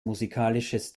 musikalisches